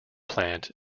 plant